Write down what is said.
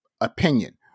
opinion